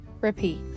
Repeat